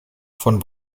von